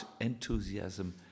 enthusiasm